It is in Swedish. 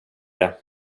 det